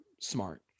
Smart